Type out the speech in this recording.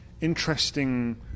interesting